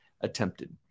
attempted